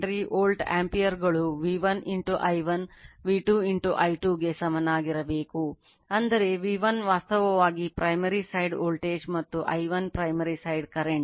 ಆದ್ದರಿಂದ volt ampere ಒಂದೇ ಆಗಿರಬೇಕು ಆದ್ದರಿಂದ V1 I1 V2 I2 ಆದ್ದರಿಂದ V1 V2 I2 I1